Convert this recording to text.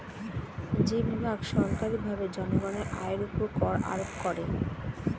যে বিভাগ সরকারীভাবে জনগণের আয়ের উপর কর আরোপ করে